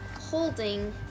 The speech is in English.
holding